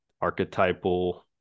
archetypal